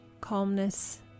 calmness